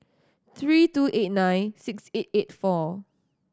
three two eight nine six eight four